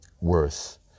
worth